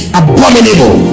abominable